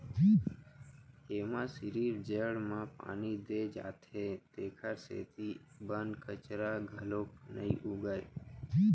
एमा सिरिफ जड़ म पानी दे जाथे तेखर सेती बन कचरा घलोक नइ उगय